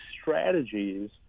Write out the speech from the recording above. strategies